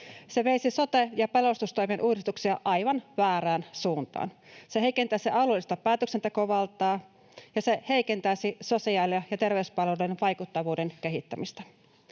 Se veisi sote‑ ja pelastustoimen uudistuksia aivan väärään suuntaan. Se heikentäisi alueellista päätöksentekovaltaa, ja se heikentäisi sosiaali‑ ja terveyspalveluiden vaikuttavuuden kehittämistä.